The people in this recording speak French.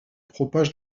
propage